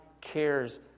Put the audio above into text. cares